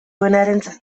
duenarentzat